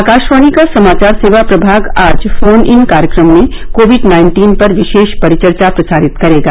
आकाशवाणी का समाचार सेवा प्रभाग आज फोन इन कार्यक्रम में कोविड नाइन्टीन पर विशेष परिचर्चा प्रसारित करेगा